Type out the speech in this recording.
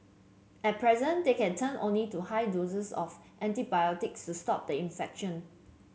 at present they can turn only to high doses of antibiotics to stop the infection